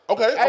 Okay